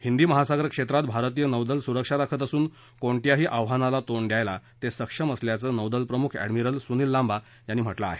हिंदी महासागर क्षेत्रात भारतीय नौदल सुरक्षा राखत असून कोणत्याही आव्हानाला तोंड द्यायला ते सक्षम असल्याचं नौदल प्रमुख एडमिरल सुनील लांबा यांनी म्हटलंय